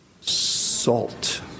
Salt